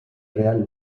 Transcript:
real